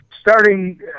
Starting